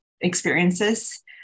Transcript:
experiences